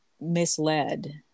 misled